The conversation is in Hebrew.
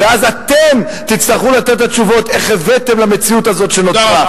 ואז אתם תצטרכו לתת את התשובות איך הבאתם למציאות הזאת שנוצרה.